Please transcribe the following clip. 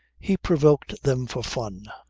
he provoked them for fun.